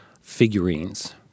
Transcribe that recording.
figurines